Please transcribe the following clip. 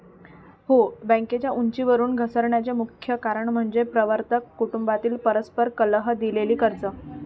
हो, बँकेच्या उंचीवरून घसरण्याचे मुख्य कारण म्हणजे प्रवर्तक कुटुंबातील परस्पर कलह, दिलेली कर्जे